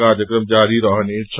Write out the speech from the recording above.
कार्यक्रम जारी रहनेछ